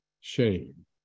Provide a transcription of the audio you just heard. shame